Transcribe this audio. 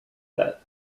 that